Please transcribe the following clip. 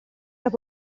alla